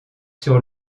sur